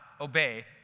obey